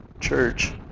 church